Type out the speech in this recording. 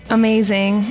amazing